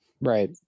Right